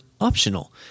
optional